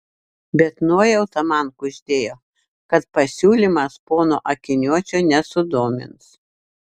bet nuojauta man kuždėjo kad pasiūlymas pono akiniuočio nesudomins